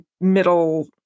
middle